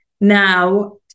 Now